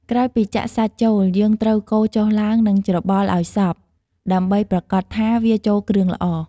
ក្រោយពីចាក់សាច់ចូល យើងត្រូវកូរចុះឡើង និងច្របល់ឱ្យសព្វ ដើម្បីប្រាកដថាវាចូលគ្រឿងល្អ។